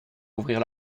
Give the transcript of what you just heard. ouvrir